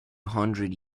hundred